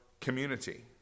community